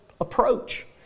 approach